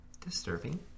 disturbing